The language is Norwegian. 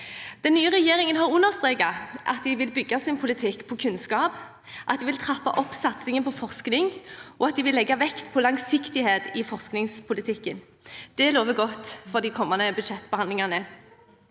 Den nye regjeringen har understreket at de vil bygge sin politikk på kunnskap, at de vil trappe opp satsingen på forskning, og at de vil legge vekt på langsiktighet i forskningspolitikken. Det lover godt for de kommende budsjettbehandlingene.